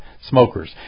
smokers